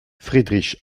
friedrich